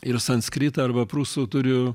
ir sanskritą arba prūsų turiu